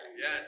yes